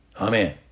Amen